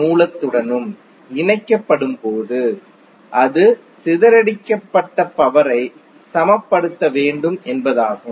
மூலத்துடனும் இணைக்கப்படும்போது அது சிதறடிக்கப்பட்ட பவரை சமப்படுத்த வேண்டும் என்பதாகும்